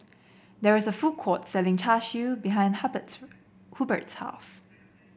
there is a food court selling Char Siu behind Hubbard's house